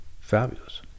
fabulous